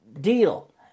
deal